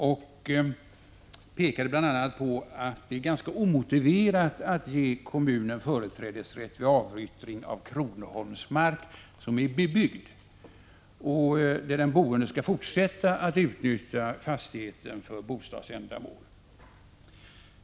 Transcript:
Vi pekade bl.a. på att det är ganska omotiverat att ge kommunen företrädesrätt vid avyttring av kronoholmsmark som är bebyggd och där den boende skall fortsätta att utnyttja fastigheten för bostadsändamål.